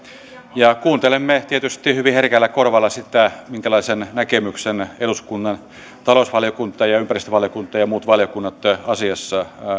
ja kuuntelemme tietysti hyvin herkällä korvalla sitä minkälaisen näkemyksen eduskunnan talousvaliokunta ja ja ympäristövaliokunta ja muut valiokunnat asiassa